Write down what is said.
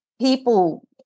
People